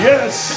Yes